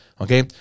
Okay